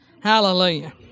Hallelujah